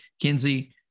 Kinsey